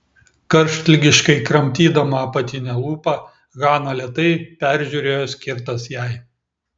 karštligiškai kramtydama apatinę lūpą hana lėtai peržiūrėjo skirtas jai